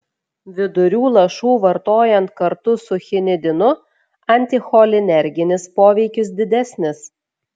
vidurių lašų vartojant kartu su chinidinu anticholinerginis poveikis didesnis